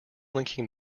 linking